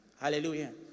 Hallelujah